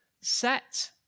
Set